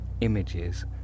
Images